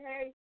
hey